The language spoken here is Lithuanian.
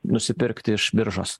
nusipirkti iš biržos